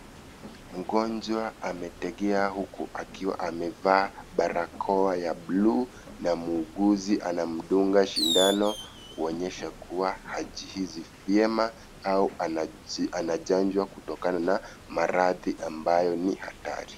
Mgonjwa ametegea huku akiwa amevaa barakoa ya bluu na muuguzi anamdunga shindano kuonyesha kua hajihisi vyema au anachanjwa kutokana na maradhi ambayo ni hatari.